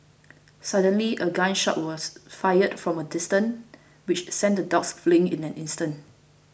suddenly a gun shot was fired from a distance which sent the dogs fleeing in an instant